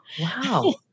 Wow